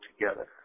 together